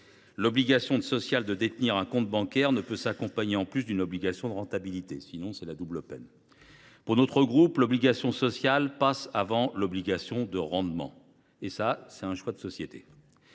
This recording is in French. L’obligation sociale de détenir un compte bancaire ne peut en effet s’accompagner d’une obligation de rentabilité. Sinon, c’est la double peine. Or, pour notre groupe, l’obligation sociale passe avant l’obligation de rendement – ce qui est un choix de société.